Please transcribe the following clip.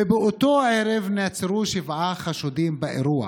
ובאותו ערב נעצרו שבעה חשודים באירוע.